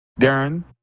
Darren